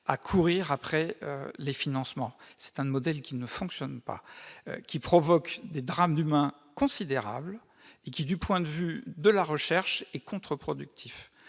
à courir après les financements. Ce modèle ne fonctionne pas ! Il provoque des drames humains considérables et il est, du point de vue de la recherche, contre-productif.